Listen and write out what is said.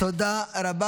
תודה רבה.